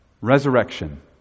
resurrection